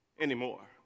anymore